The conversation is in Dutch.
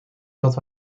dat